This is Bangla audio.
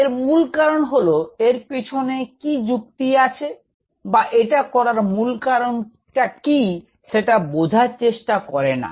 এর মূল কারণ হলএর পেছনে কি যুক্তি আছে বা এটা করার মুল কারনটা কি সেটা বোঝার চেষ্টা করে না